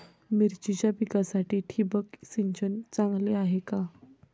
मिरचीच्या पिकासाठी ठिबक सिंचन चांगले आहे का?